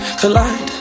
collide